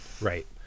Right